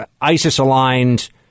ISIS-aligned